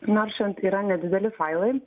naršant yra nedideli failai